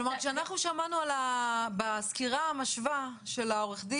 אנחנו שמענו סקירה משווה של עורך הדין